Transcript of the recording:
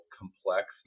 complex